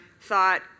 thought